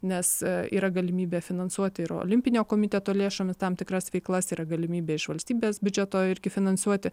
nes yra galimybė finansuoti ir olimpinio komiteto lėšomis tam tikras veiklas yra galimybė iš valstybės biudžeto irgi finansuoti